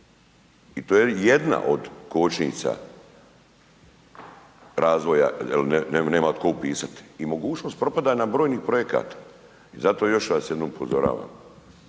i to je jedna od kočnica razvoja jer nema tko upisati i mogućnost propadanja brojnih projekata. I zato još vas jednom upozoravam,